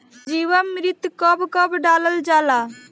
जीवामृत कब कब डालल जाला?